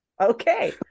okay